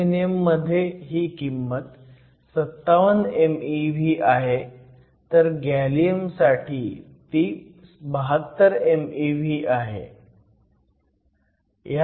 aluminium मध्ये ही किंमत 57 mev आहे तर गॅलियम साठी ती 72 mev आहे